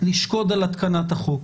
לשקוד על התקנת החוק.